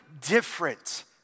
different